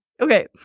Okay